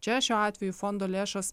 čia šiuo atveju fondo lėšos